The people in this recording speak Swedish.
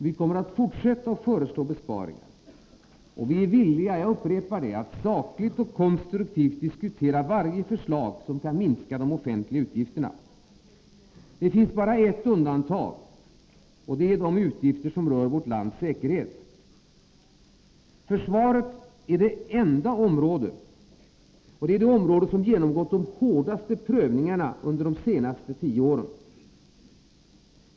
Vi kommer att fortsätta att föreslå besparingar, och vi är villiga — jag upprepar det — att sakligt och konstruktivt diskutera varje förslag som kan minska de offentliga utgifterna. Det finns bara ett undantag, och det är de utgifter som rör vårt lands säkerhet. Försvaret är det område som genomgått de hårdaste prövningarna under de senaste tio åren.